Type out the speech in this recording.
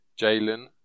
Jalen